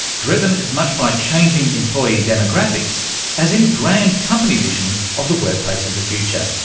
driven as much by changing employee demographics as any grand company vision of the workplace of the future.